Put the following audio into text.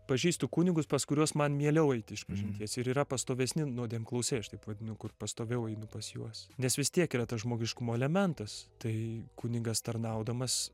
pažįstu kunigus pas kuriuos man mieliau eiti išpažinties ir yra pastovesni nuodėmklausiai aš taip vadinu kur pastoviau einu pas juos nes vis tiek yra tas žmogiškumo elementas tai kunigas tarnaudamas